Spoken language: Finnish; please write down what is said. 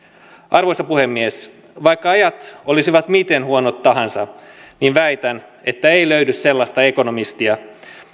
arvoisa puhemies vaikka ajat olisivat miten huonot tahansa niin väitän että ei löydy sellaista ekonomistia